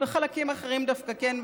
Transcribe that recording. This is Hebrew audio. ועם חלקים אחרים דווקא כן,